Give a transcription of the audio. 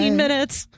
minutes